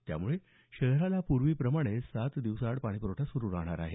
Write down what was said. त्यामुळे शहराला पूर्वीप्रमाणे सात दिवसाआड पाणी प्रवठा सुरू राहणार आहे